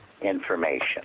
information